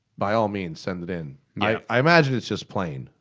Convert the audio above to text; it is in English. by all means send it in. i imagine it's just plain.